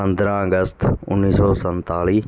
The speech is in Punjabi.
ਪੰਦਰਾਂ ਅਗਸਤ ਉੱਨੀ ਸੌ ਸੰਤਾਲੀ